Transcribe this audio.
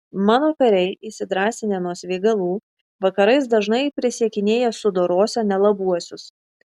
mano kariai įsidrąsinę nuo svaigalų vakarais dažnai prisiekinėja sudorosią nelabuosius